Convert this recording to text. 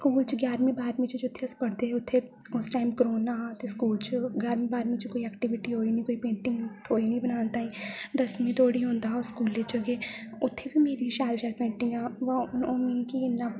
school च ग्यारमीं बारमीं च जि'त्थें अस पढ़दे हे उ'त्थें उस टाइम कोरोना हा ते स्कूल च ग्यारमीं बारमीं च कोई एक्टीविटी होई निं कोई पेंटिंग थ्होई निं बनाने ताहीं दसमीं धोड़ी होंदा हा स्कूले च कि उ'त्थें बी मेरी शैल शैल पेंटिंग हून मिगी इ'न्ना